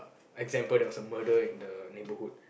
example there was a murder in the neighbourhood